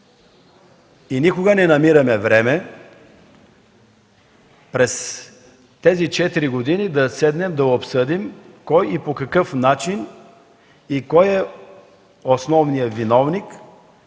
И никога не намираме време през тези четири години да седнем, да обсъдим кой и по какъв начин, кой е основният виновник,